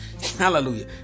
Hallelujah